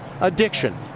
addiction